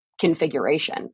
configuration